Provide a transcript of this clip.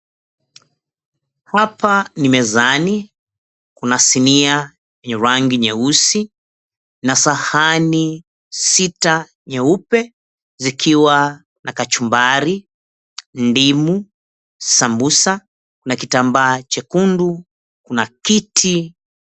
Hapa ni mezani kuna sinia yenye rangi nyeusi na sahani sita nyeupe zikiwa na kachumbari, ndimu, samosa na kitambaa chekundu. Kuna kiti.